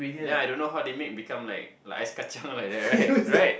then I don't know how they made become like ice-kacang like that right right